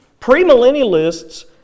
premillennialists